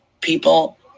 People